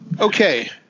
Okay